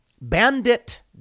bandit